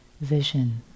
vision